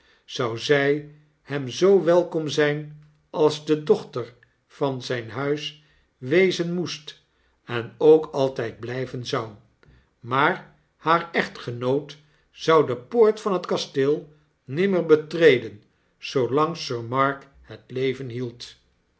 zou zjj hem zoo welkom zyn als de dochter van zyn huis wezen moest en ook altyd bljjven zou maar haar echtgenoot zou de poort van het kasteel nimmer betreden zoolang sir mark het leven hield